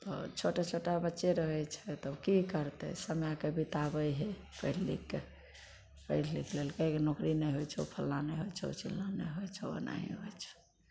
तऽ छोटा छोटा बच्चे रहय छै तब की करतय समयके बिताबय हइ पढ़ि लिखिके पढ़ि लिखि लेलकै नोकरी नहि होइ छौ फल्लाँ नहि होइ छौ चिल्लाँ नहि होइ छौ ओनाही नहि होइ छौ